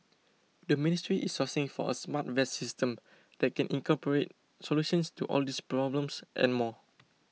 the ministry is sourcing for a smart vest system that can incorporate solutions to all these problems and more